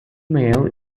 male